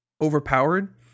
overpowered